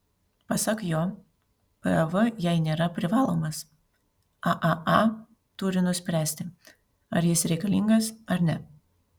pasak jo pav jai nėra privalomas aaa turi nuspręsti ar jis reikalingas ar ne